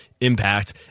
impact